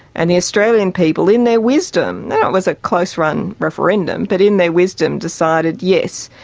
and the australian people, in their wisdom, it was a close-run referendum, but in their wisdom decided yes,